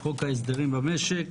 חוק ההסדרים במשק.